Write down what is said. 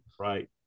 Right